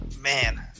man